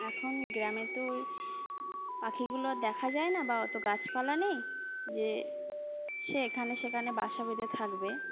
এখন গ্রামে তো পাখিগুলো দেখা যায় না বা অতো গাছপালা নেই যে সে এখানে সেখানে বাসা বেঁধে থাকবে